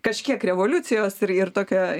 kažkiek revoliucijos ir ir tokio